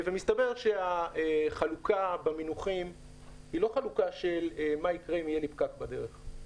מסתבר שהחלוקה במינוחים היא לא חלוקה של מה יקרה אם יהיה לי פקק בדרך.